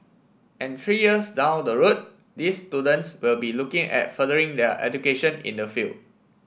and three years down the road these students will be looking at furthering their education in the field